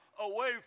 away